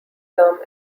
term